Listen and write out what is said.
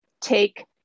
take